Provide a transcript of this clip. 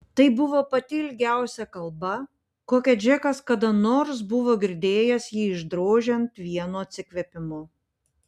tai buvo pati ilgiausia kalba kokią džekas kada nors buvo girdėjęs jį išdrožiant vienu atsikvėpimu